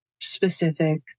specific